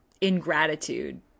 ingratitude